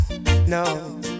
No